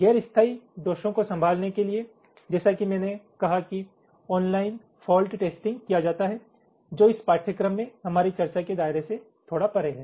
गैर स्थायी दोषों को संभालने के लिए जैसा कि मैंने कहा कि ऑनलाइन फॉल्ट टेस्टिंग किया जाता है जो इस पाठ्यक्रम में हमारी चर्चा के दायरे से थोड़ा परे है